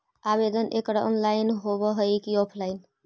आवेदन एकड़ ऑनलाइन होव हइ की ऑफलाइन?